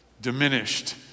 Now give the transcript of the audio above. Diminished